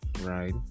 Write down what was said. right